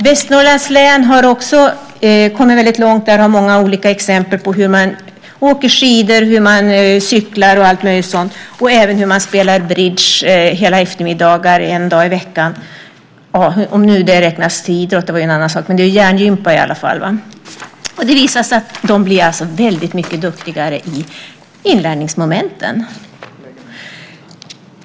Västernorrlands län har också kommit långt. De åker skidor, cyklar och spelar även bridge en hel eftermiddag en dag i veckan - om nu det räknas till idrott, men det är i alla fall hjärngympa. De blir duktigare i inlärningsmomenten.